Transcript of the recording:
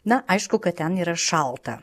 na aišku kad ten yra šalta